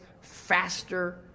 faster